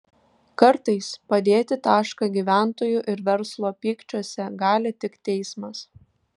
kartais padėti tašką gyventojų ir verslo pykčiuose gali tik teismas